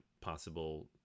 possible